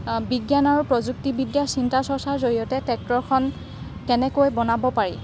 বিজ্ঞান আৰু প্ৰযুক্তিবিদ্যা চিন্তা চৰ্চাৰ জৰিয়তে ট্ৰেক্টৰখন তেনেকৈ বনাব পাৰি